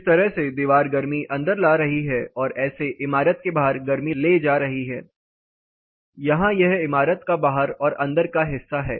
इस तरह से दीवार गर्मी अंदर ला रही है और ऐसे इमारत के बाहर गर्मी ले जा रही है यहां यह इमारत का बाहर और अंदर का हिस्सा है